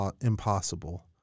impossible